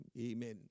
amen